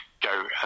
go